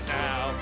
now